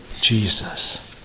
Jesus